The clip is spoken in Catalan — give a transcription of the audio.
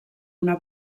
una